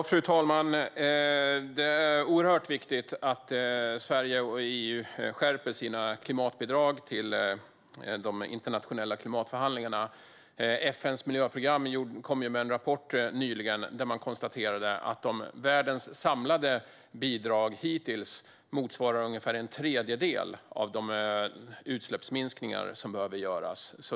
Fru talman! Det är oerhört viktigt att Sverige och EU skärper sina klimatbidrag till de internationella klimatförhandlingarna. FN:s miljöprogram kom ju nyligen med en rapport där man konstaterade att världens samlade bidrag hittills motsvarar ungefär en tredjedel av de utsläppsminskningar som behöver göras.